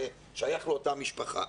זה שייך לאותה משפחה.